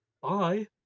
Bye